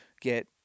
get